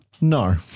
No